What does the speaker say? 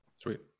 Sweet